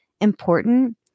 important